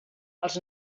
els